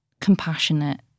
compassionate